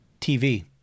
TV